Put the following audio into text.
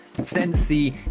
Sensei